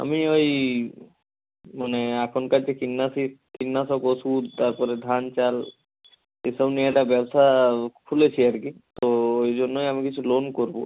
আমি ওই মানে এখনকার যে কীটনাশিক কীটনাশক ওষুধ তারপরে ধান চাল এসব নিয়ে একটা ব্যবসা খুলেছি আর কি তো ওই জন্যই আমি কিছু লোন করবো